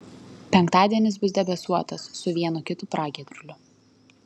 penktadienis bus debesuotas su vienu kitu pragiedruliu